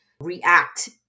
react